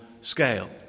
scale